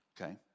Okay